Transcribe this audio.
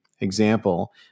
example